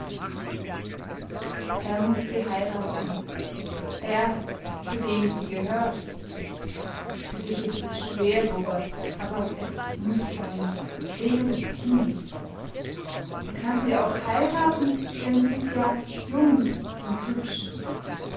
er muß sie heiraten er zu dem sie gehört für dich ist es schwer robert aber es muß sein wegen des kindes er kann sie auch heiraten denn sie ist ja jung und hübsch